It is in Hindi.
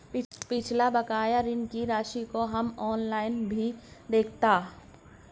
पिछला बकाया ऋण की राशि को हम ऑनलाइन भी देखता